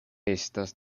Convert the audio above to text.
estas